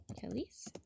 Kellys